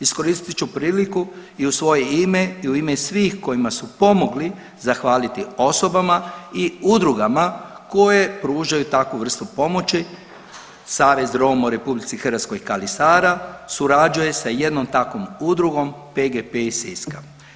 Iskoristit ću priliku i u svoje ime i u ime svih kojima su pomogli zahvaliti osobama i udrugama koje pružaju takvu vrstu pomoći, Savez Roma u RH Kali Sara surađuje sa jednom takvom udrugom PGP iz Siska.